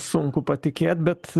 sunku patikėt bet